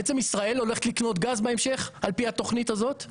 בעצם ישראל הולכת לקנות גז בהמשך על פי התוכנית הזאת?